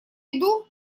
иду